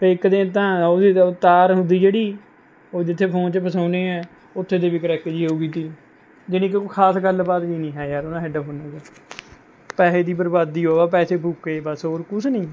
ਅਤੇ ਇੱਕ ਦਿਨ ਤਾਂ ਉਹਦੀ ਜੋ ਤਾਰ ਹੁੰਦੀ ਜਿਹੜੀ ਉਹ ਜਿੱਥੇ ਫੋਨ 'ਚ ਫਸਾਉਂਦੇ ਹੈ ਉੱਥੇ ਤੇ ਵੀ ਕਰੈਕ ਜਿਹੀ ਹੋ ਗਈ ਤੀ ਜਣੀ ਕਿ ਕੋਈ ਖਾਸ ਗੱਲਬਾਤ ਜਿਹੀ ਨਹੀਂ ਹੈ ਯਾਰ ਉਹਨਾਂ ਹੈੱਡਫੋਨਾਂ 'ਚ ਪੈਸੇ ਦੀ ਬਰਬਾਦੀ ਉਹ ਹੈ ਪੈਸੇ ਫੁੱਕੇ ਬਸ ਹੋਰ ਕੁਛ ਨਹੀਂ